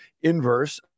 inverse